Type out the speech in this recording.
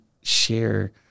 share